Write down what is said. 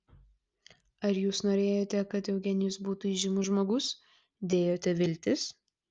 ar jūs norėjote kad eugenijus būtų įžymus žmogus dėjote viltis